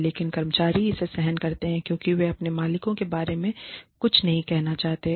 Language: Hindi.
लेकिन कर्मचारी इसे सहन करते हैं क्योंकि वे अपने मालिकों के बारे में कुछ नहीं कहना चाहते हैं